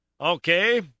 Okay